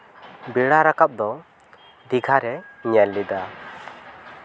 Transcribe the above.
ᱵᱮᱲᱟ ᱨᱟᱠᱟᱵ ᱫᱚ ᱫᱤᱜᱷᱟ ᱨᱮ ᱧᱮᱞ ᱞᱮᱫᱟ